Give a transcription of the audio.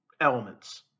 elements